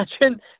imagine